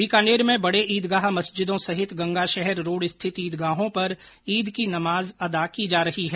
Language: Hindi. बीकानेर में बडे ईदगाह मस्जिदों सहित गंगाशहर रोड स्थित ईदगाहों पर ईद की नमाज अदा की जा रही है